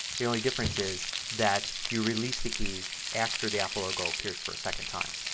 the only difference is that you release the keys after the apple logo appears for a second time.